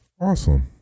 awesome